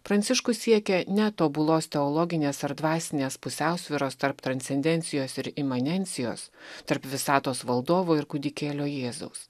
pranciškus siekia ne tobulos teologinės ar dvasinės pusiausvyros tarp transcendencijos ir imanencijos tarp visatos valdovų ir kūdikėlio jėzaus